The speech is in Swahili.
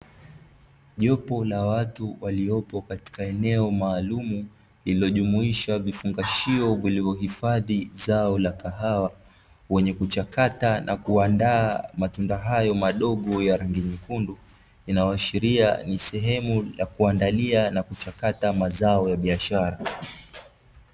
Jopo la watu waliopo katika eneo maalumu lililojumuisha vifungashio vilivyohifadhi zao la kahawa, wenye kuchakata na kuandaa matunda hayo madogo ya rangi nyekundu, inayoashiria ni sehemu ya kuandalia na kuchakata mazao ya biashara.